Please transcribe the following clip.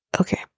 okay